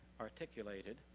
articulated